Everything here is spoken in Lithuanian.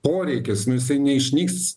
poreikis nu jisai neišnyks